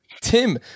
Tim